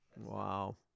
Wow